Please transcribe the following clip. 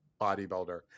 bodybuilder